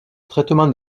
traitement